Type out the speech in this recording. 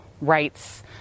rights